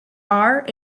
are